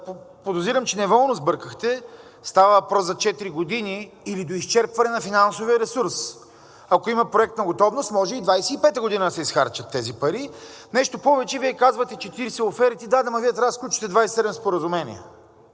подозирам, че неволно сбъркахте, става въпрос за 4 години или до изчерпване на финансовия ресурс. Ако има проектна готовност, може и в 2025 г. да се изхарчат тези пари. Нещо повече! Вие казвате – 40 оферти, да, де, ама Вие трябва да сключите 27 споразумения.